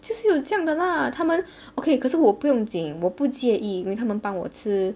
就是有这样的啦他们 okay 可是我不用紧我不介意因为他们帮我吃